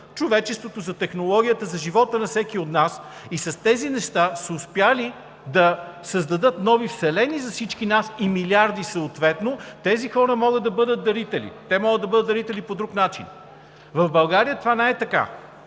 човечеството, за технологията, за живота на всеки от нас и с тези неща са успели да създадат нови вселени за всички нас, и милиарди съответно, тези хора могат да бъдат дарители. Те могат да бъдат дарители и по друг начин. В България това не е така.